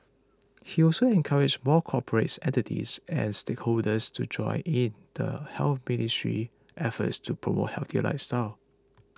he also encouraged more corporate entities and stakeholders to join in the Health Ministry's efforts to promote healthier lifestyles